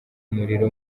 umuriro